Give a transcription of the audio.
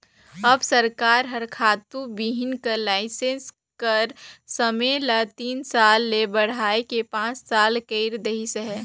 अब सरकार हर खातू बीहन कर लाइसेंस कर समे ल तीन साल ले बढ़ाए के पाँच साल कइर देहिस अहे